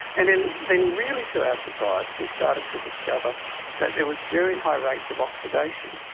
and then then really to our surprise we started to discover that there was very high rates of oxidation.